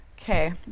Okay